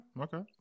okay